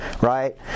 right